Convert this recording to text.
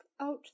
out